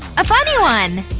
a funny one!